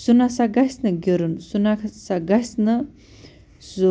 سُہ نَسا گَژھِ نہٕ گِرُن سُہ نَسا گژھِ نہٕ سُہ